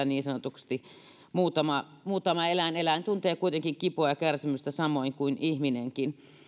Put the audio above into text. niin sanotusti koekaniiniksi vielä muutama eläin eläin tuntee kuitenkin kipua ja kärsimystä samoin kuin ihminenkin